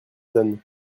donne